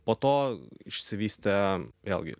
po to išsivystė vėlgi